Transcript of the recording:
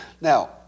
Now